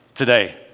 today